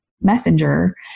Messenger